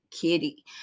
Kitty